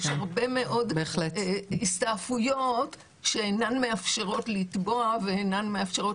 יש הרבה מאוד הסתעפויות שאינן מאפשרות לתבוע ואין מאפשרות